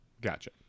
gotcha